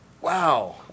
wow